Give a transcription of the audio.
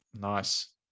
nice